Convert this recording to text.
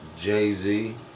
Jay-Z